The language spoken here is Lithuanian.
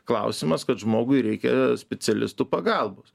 klausimas kad žmogui reikia specialistų pagalbos